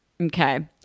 Okay